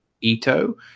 Ito